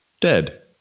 dead